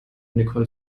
nicole